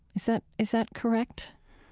is that is that correct?